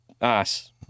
ass